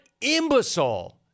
imbecile